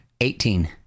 Eighteen